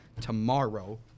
tomorrow